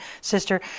sister